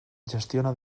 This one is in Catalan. gestiona